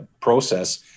process